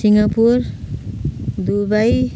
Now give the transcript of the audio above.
Singapore Dubai